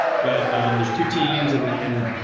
but there's two teams, and